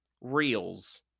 reels